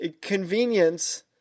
Convenience